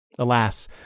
Alas